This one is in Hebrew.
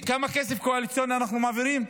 כמה כסף קואליציוני אנחנו מעבירים?